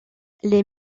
les